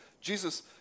Jesus